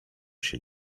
się